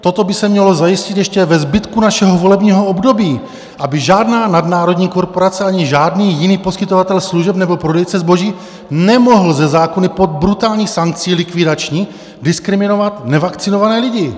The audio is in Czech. Toto by se mělo zajistit ještě ve zbytku našeho volebního období, aby žádná nadnárodní korporace ani žádný jiný poskytovatel služeb nebo prodejce zboží nemohl ze zákona pod brutální sankcí likvidační diskriminovat nevakcinované lidi!